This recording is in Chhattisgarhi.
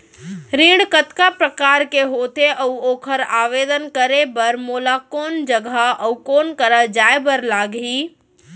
ऋण कतका प्रकार के होथे अऊ ओखर आवेदन करे बर मोला कोन जगह अऊ कोन करा जाए बर लागही?